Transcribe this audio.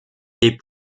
des